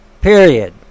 Period